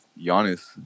Giannis